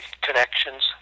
connections